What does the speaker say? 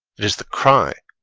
it is the cry,